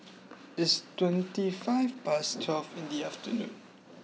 its twenty five past twelve in the afternoon